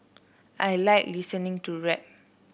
I like listening to rap